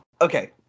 Okay